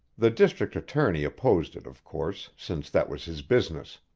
the district attorney opposed it, of course, since that was his business.